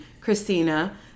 Christina